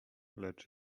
lecz